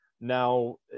Now